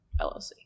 LLC